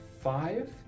five